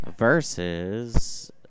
Versus